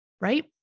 Right